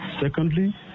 Secondly